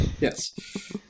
yes